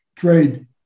Trade